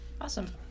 Awesome